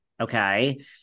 okay